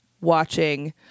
watching